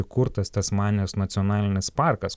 įkurtas tasmanijos nacionalinis parkas